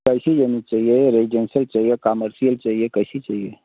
कैसी जमीन चाहिए रेजिडेंसियल चाहिए कामर्सियल चाहिए कैसी चाहिए